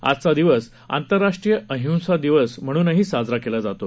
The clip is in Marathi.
आजचा दिवस आंतरराष्ट्रीय अहिंसा दिवस म्हणूनही साजरा केला जातो